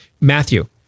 matthew